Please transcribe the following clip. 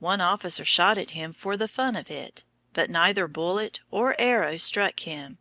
one officer shot at him for the fun of it but neither bullet or arrow struck him,